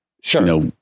Sure